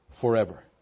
forever